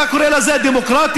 אתה קורא לזה דמוקרטיה?